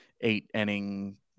eight-inning